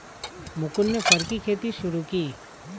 मुकुन्द ने फर की खेती शुरू की